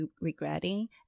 regretting